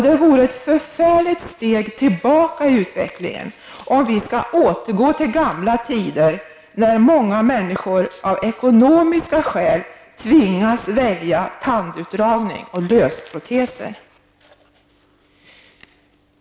Det vore ett förfärligt steg tillbaka i utvecklingen, om vi skall återgå till gamla tider, när många människor av ekonomiska skäl tvingades välja tandutdragning och lösproteser.